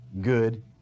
good